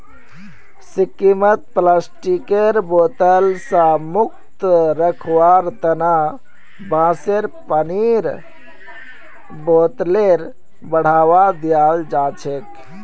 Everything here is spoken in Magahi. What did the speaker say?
सिक्किमत प्लास्टिकेर बोतल स मुक्त रखवार तना बांसेर पानीर बोतलेर बढ़ावा दियाल जाछेक